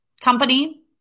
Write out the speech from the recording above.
company